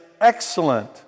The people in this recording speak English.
excellent